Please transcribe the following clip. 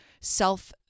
self